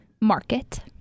market